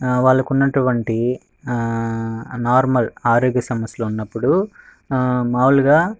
లేదంటే ఆ వాళ్ళకు ఉన్నటువంటి నార్మల్ ఆరోగ్య సమస్యలు ఉన్నప్పుడు ఆ మామూలుగా